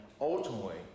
ultimately